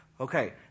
Okay